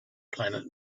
planet